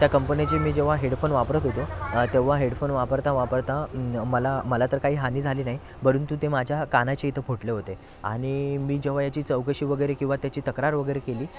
त्या कंपनीचे मी जेव्हा हेडफोन वापरत होतो तेव्हा हेडफोन वापरता वापरता मला मला तर काही हानी झाली नाही परंतु ते माझ्या कानाच्या इथे फुटले होते आणि मी जेव्हा याची चौकशी वगैरे किंवा त्याची तक्रार वगैरे केली